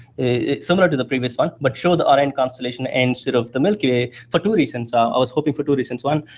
it's similar to the previous one, but show the orion constellation instead of the milky way for two reasons. ah i was hoping for two reasons. one,